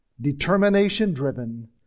determination-driven